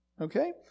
Okay